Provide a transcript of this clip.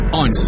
on